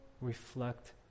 reflect